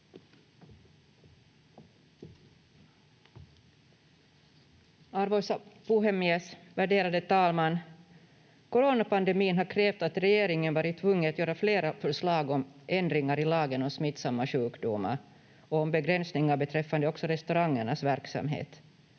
Arvoisa puhemies, värderade talman! Coronapandemin har krävt att regeringen varit tvungen att göra flera förslag om ändringar i lagen om smittsamma sjukdomar och om begränsningar beträffande också restaurangernas verksamhet.